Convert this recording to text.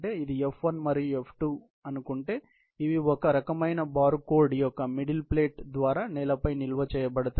ఇది f1 మరియు f2 అని చెప్పండి ఇవి ఒక రకమైన బార్ కోడ్ యొక్క మిడిల్ ప్లేట్ ద్వారా నేలపై నిల్వ చేయబడతాయి